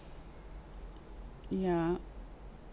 yeah